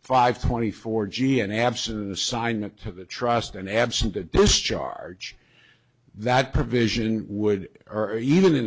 five twenty four g n absent the sign up to the trust and absent a discharge that provision would urge even in